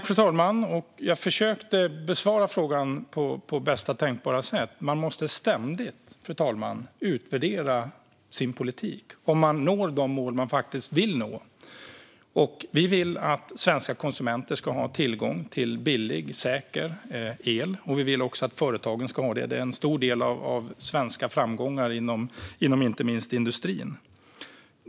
Fru talman! Jag försökte besvara frågan på bästa tänkbara sätt. Man måste ständigt utvärdera sin politik och om man når de mål man vill nå. Vi vill att svenska konsumenter ska ha tillgång till billig, säker el. Vi vill också att företagen ska ha det. Det är en stor del av svenska framgångar inom inte minst industrin.